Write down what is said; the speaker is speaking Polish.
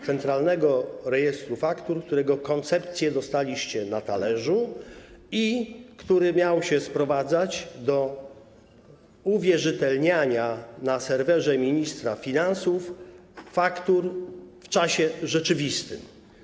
Centralnego rejestru faktur, którego koncepcję dostaliście na talerzu i który miał się sprowadzać do uwierzytelniania na serwerze ministra finansów faktur w czasie rzeczywistym.